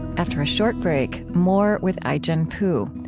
after a short break, more with ai-jen poo.